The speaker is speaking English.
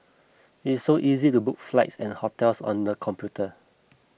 it is so easy to book flights and hotels on the computer